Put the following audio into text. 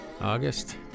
august